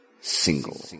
Single